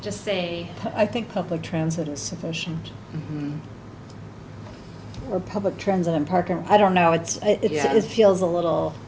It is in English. just say i think public transit is sufficient for public transit and parking i don't know it's it is feels a little